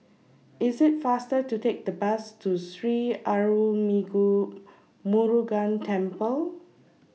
IS IT faster to Take The Bus to Sri Arulmigu Murugan Temple